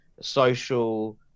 social